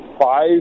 five